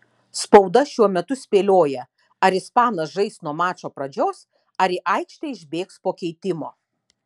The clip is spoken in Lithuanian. spauda šiuo metu spėlioja ar ispanas žais nuo mačo pradžios ar į aikštę išbėgs po keitimo